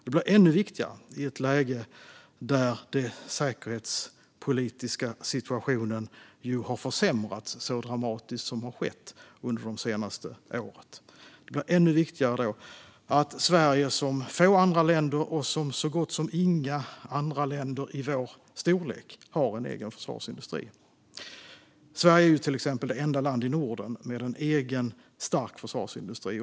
Det blir ännu viktigare i ett läge då den säkerhetspolitiska situationen har försämrats så dramatiskt som det senaste året. Då blir det ännu viktigare att Sverige som få andra länder och som så gott som inga andra länder i vår storlek har en egen försvarsindustri. Sverige är till exempel det enda landet i Norden som har en egen stark försvarsindustri.